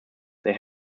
they